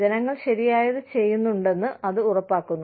ജനങ്ങൾ ശരിയായത് ചെയ്യുന്നുണ്ടെന്ന് അത് ഉറപ്പാക്കുന്നു